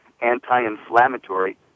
anti-inflammatory